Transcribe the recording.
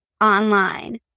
online